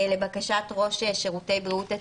לבקשת ראש שירותי בריאות הציבור,